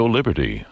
Liberty